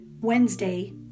Wednesday